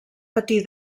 patir